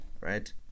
Right